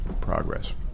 progress